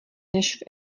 než